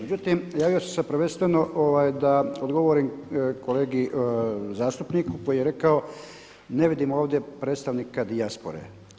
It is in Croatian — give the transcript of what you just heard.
Međutim, javio sam se prvenstveno da odgovorim kolegi zastupniku koji je rekao ne vidim ovdje predstavnika dijaspore.